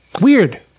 Weird